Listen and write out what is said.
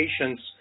patients